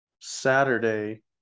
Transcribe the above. saturday